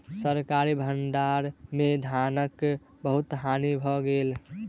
सरकारी भण्डार में धानक बहुत हानि भ गेल